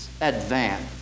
advance